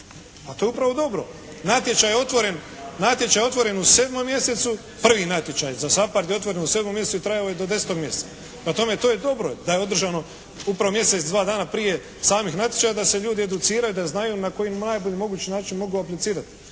Pa to je upravo dobro. Natječaj je otvoren u 7. mjeseci, prvi natječaj za SAPARD je otvoren u 7. mjesecu i trajao je do 10. mjeseca. Prema tome, to je dobro da je održano u 1. mjesecu dva dana prije samih natječaja da se ljudi educiraju, da znaju na koji najbolji mogući način mogu aplicirati